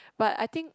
but I think